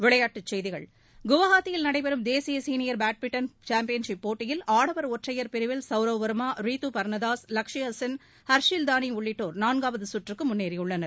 விளையாட்டுச் செய்திகள் குவஹாத்தியில் நடைபெறும் தேசிய சீனியர் பேட்மின்டன் சாம்பியன்ஷிப் போட்டியில் ஆடவர் ஒற்றையர் பிரிவில் சவ்ரவ் வர்மா ரீது பர்னதாஸ் லக்ஷையா சென் உள்ளிட்டோர் நான்காவது சுற்றுக்கு முன்னேறியுள்ளனர்